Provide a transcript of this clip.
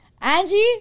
Angie